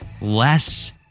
less